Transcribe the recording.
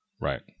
Right